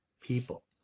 people